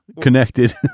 connected